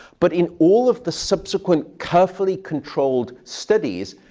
but in all of the subsequent carefully controlled studies,